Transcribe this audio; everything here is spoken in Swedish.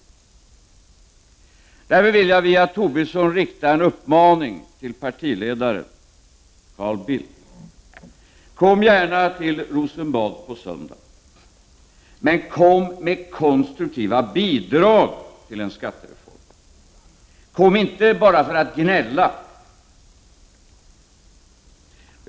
Jag vill härmed via Lars Tobisson rikta en uppmaning till partiledaren Carl Bildt. Kom gärna till Rosenbad på söndag, men kom med konstruktiva bidrag till en skattereform. Kom inte bara för att gnälla.